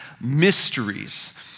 mysteries